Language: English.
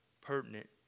pertinent